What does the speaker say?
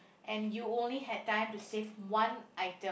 and you only had time to save one item